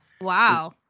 Wow